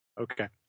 Okay